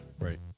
Right